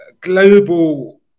global